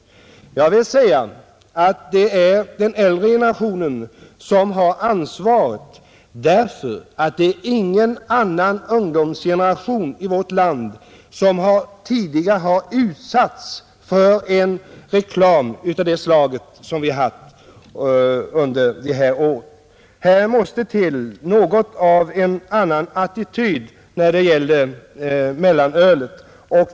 Jag menar att det är den äldre generationen som har ansvaret. Ingen tidigare ungdomsgeneration i vårt land har utsatts för en reklam av det slag som har förekommit under de här åren, Här måste till en annan attityd när det gäller mellanölet.